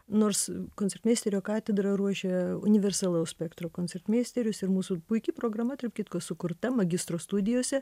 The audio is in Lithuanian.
nors koncertmeisterio katedra ruošia universalaus spektro koncertmeisterius ir mūsų puiki programa tarp kitko sukurta magistro studijose